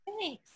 Thanks